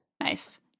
Nice